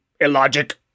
illogic